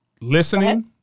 listening